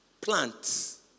plants